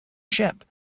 ship